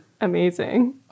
Amazing